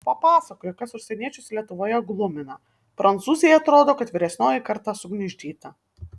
papasakojo kas užsieniečius lietuvoje glumina prancūzei atrodo kad vyresnioji karta sugniuždyta